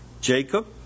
Jacob